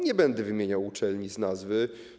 Nie będę wymieniał uczelni z nazwy.